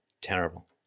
Terrible